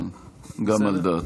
גם על דעתי.